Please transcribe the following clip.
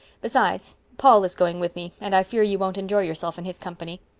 besides, paul is going with me and i fear you don't enjoy yourself in his company.